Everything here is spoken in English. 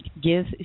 give